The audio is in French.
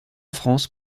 france